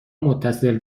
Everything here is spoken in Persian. متصل